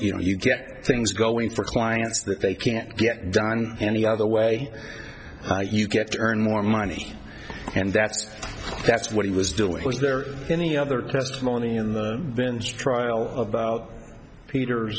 you know you get things going for clients that they can't get done any other way you get to earn more money and that's that's what he was doing was there any other testimony in the vince trial of heaters